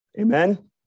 Amen